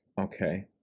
Okay